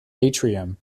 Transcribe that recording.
atrium